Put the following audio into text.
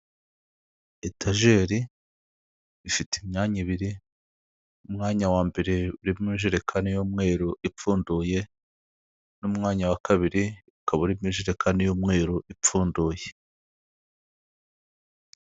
Etajeri ifite imyanya ibiri, umwanya wa mbere urimo ijerekani y'umweru ipfunduye, n'umwanya wa kabiri, ikaba urimo ijerekani y'umweru ipfunduye.